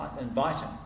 inviting